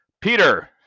Peter